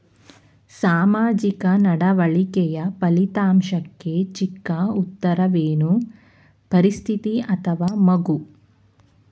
ಸಾಮಾಜಿಕ ನಡವಳಿಕೆಯ ಫಲಿತಾಂಶಕ್ಕೆ ಚಿಕ್ಕ ಉತ್ತರವೇನು? ಪರಿಸ್ಥಿತಿ ಅಥವಾ ಮಗು?